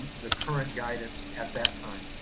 the current guidance at that time.